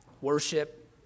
worship